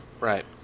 Right